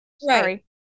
sorry